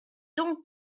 donc